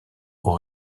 aux